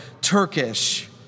Turkish